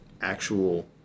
actual